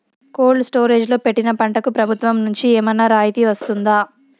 Cold storage లో పెట్టిన పంటకు ప్రభుత్వం నుంచి ఏమన్నా రాయితీ వస్తుందా?